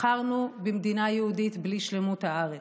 בחרנו במדינה יהודית בלי שלמות הארץ,